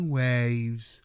waves